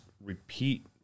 repeat